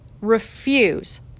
refuse